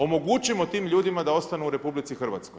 Omogućimo tim ljudima da ostanu u RH.